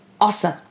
awesome